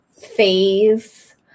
phase